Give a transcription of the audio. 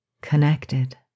connected